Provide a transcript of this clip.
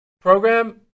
program